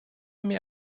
mir